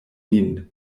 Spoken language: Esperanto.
nin